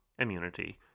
immunity